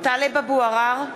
(קוראת בשמות חברי הכנסת) טלב אבו עראר,